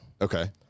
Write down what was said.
Okay